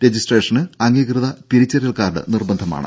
registration അംഗീകൃത തിരിച്ചറിയൽ card നിർബന്ധമാണ്